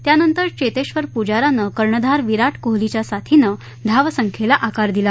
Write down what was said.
त्यानंतर चेतेश्वर पुजारानं कर्णधार विराट कोहलीच्या साथीनं धावसंख्येला आकार दिला